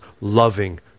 loving